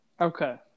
Okay